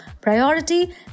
priority